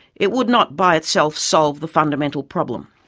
it would not by itself solve the fundamental problem.